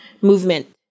movement